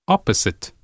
Opposite